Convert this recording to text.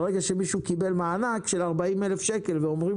ברגע שמישהו קיבל מענק של 40,000 שקל ואומרים